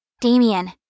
Damien